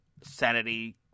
sanity